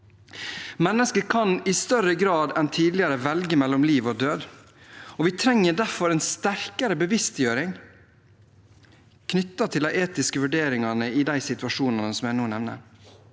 Mennesker kan i større grad enn tidligere velge mellom liv og død. Vi trenger derfor en sterkere bevisstgjøring knyttet til de etiske vurderingene i de situasjonene som jeg nå nevner.